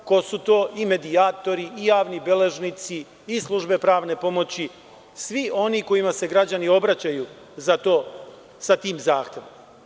To su medijatori, javni beležnici, službe pravne pomoći, svi oni kojima se građani obraćaju sa tim zahtevom.